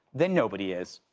then nobody is.